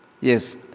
yes